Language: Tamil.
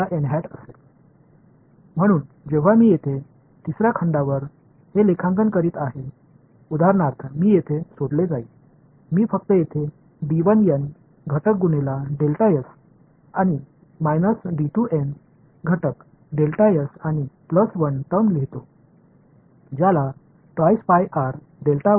எனவே இங்குள்ள 3 கொள்ளளவுக்கு மேல் நான் இந்த கணக்கீட்டைச் செய்யும்போது என்னிடம் என்ன மிச்சம் இருக்கும் நான் இதை இங்கே கூறு ஆல் பெருக்கப்பட்டு மற்றும் கூறு மற்றும் பிளஸ் 1 வெளிப்பாடு இது நாம் என்று சொல்வோம்